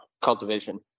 cultivation